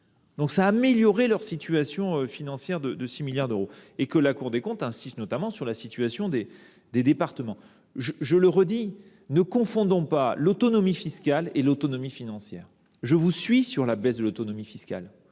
ont donc amélioré leur situation financière de 6 milliards d’euros. La Cour des comptes insiste notamment sur la situation des départements. Je le redis, ne confondons pas autonomie fiscale et autonomie financière. Je vous suis sur la baisse de l’autonomie fiscale